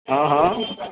હા હા